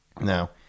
Now